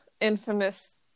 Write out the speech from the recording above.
infamous